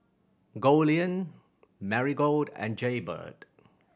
Goldlion Marigold and Jaybird